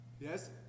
Yes